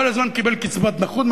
כל הזמן קיבל קצבת נכות.